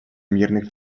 мирных